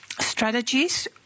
strategies